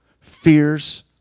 fears